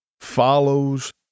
follows